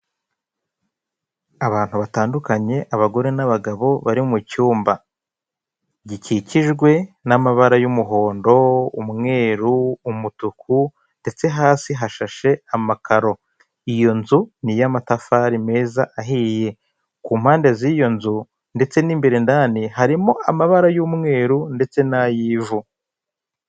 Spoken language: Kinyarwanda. Abantu batandukanye, abagore n'abagabo bari mu cyumba gikikijwe n'amabara y'umuhondo, umweru, umutuku ndetse hasi hashashe amakaro. Iyo nzu ni iy'amatafari meza ahiye. Ku mpande z'iyo nzu ndetse n'imbere ndani, harimo amabara y'umweru ndetse n'ay'ivu.